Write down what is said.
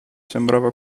sembrava